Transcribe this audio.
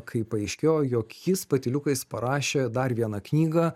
kai paaiškėjo jog jis patyliukais parašė dar vieną knygą